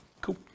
Cool